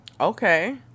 Okay